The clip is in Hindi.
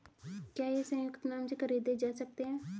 क्या ये संयुक्त नाम से खरीदे जा सकते हैं?